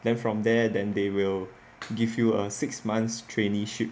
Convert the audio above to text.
then from there then they will give you a six months traineeship